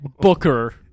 booker